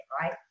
right